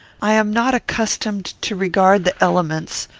i am not accustomed to regard the elements,